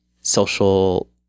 social